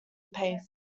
paste